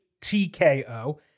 TKO